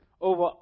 over